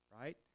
right